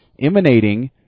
emanating